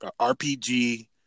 RPG